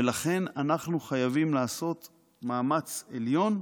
ולכן אנחנו חייבים לעשות מאמץ עליון,